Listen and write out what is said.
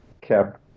kept